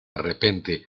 repente